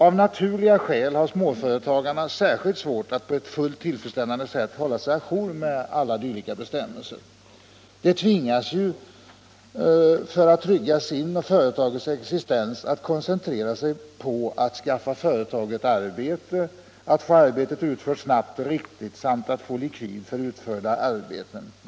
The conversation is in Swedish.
Av naturliga skäl har småföretagarna särskilt svårt att på ett fullt tillfredsställande sätt hålla sig å jour med alla dylika bestämmelser. För att trygga sin och företagets existens tvingas de att koncentrera sig på att skaffa företaget arbete, att få arbetet utfört snabbt och riktigt samt på att få likvid för utförda arbeten.